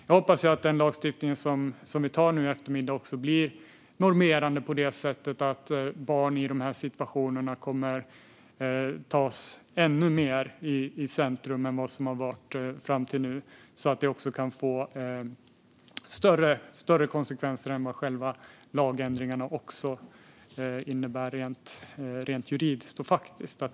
Jag hoppas att den lagstiftning som vi antar nu i eftermiddag blir normerande på det sättet att barn i de här situationerna kommer att sättas ännu mer i centrum än vad som hittills varit fallet, så att lagändringarna får större konsekvenser än vad de innebär rent juridiskt.